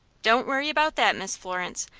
don't worry about that, miss florence.